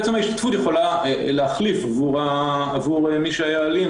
ההשתתפות יכולה להחליף עבור מי שהיה אלים,